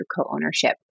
co-ownership